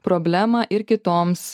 problemą ir kitoms